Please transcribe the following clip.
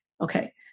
Okay